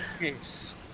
Yes